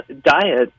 diet